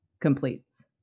completes